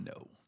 No